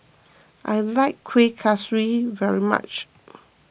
I like Kuih Kaswi very much